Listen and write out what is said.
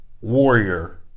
warrior